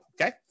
Okay